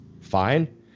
fine